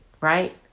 right